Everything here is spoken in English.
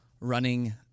running